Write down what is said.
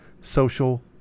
social